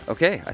Okay